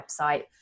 website